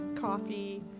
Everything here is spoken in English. coffee